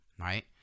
right